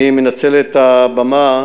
אני מנצל את הבמה,